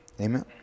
Amen